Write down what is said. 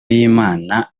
y’imana